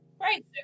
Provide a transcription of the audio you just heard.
Right